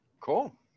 Cool